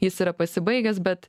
jis yra pasibaigęs bet